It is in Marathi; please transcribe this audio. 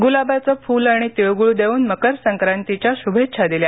गुलाबाचं फूल आणि तिळगुळ देऊन मकर संक्रांतीच्या शुभेच्छा दिल्या